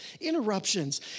Interruptions